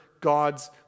God's